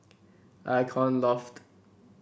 Icon Loft